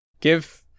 give